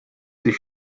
sich